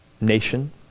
nation